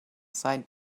side